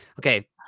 okay